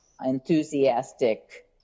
enthusiastic